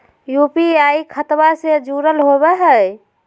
UPI खतबा से जुरल होवे हय?